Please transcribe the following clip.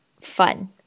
fun